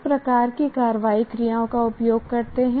किस प्रकार की कार्रवाई क्रियाओं का उपयोग करते हैं